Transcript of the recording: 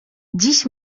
dziś